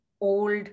old